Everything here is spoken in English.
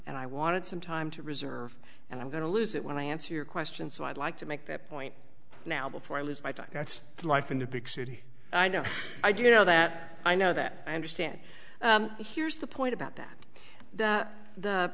and i wanted some time to reserve and i'm going to lose it when i answer your question so i'd like to make that point now before i lose my truck that's life in a big city i know i do know that i know that i understand here's the point about that